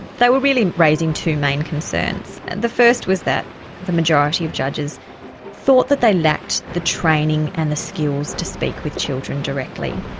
they were really raising two main concerns. and the first was that the majority of judges thought that they lacked the training and the skills to speak with children directly.